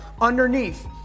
underneath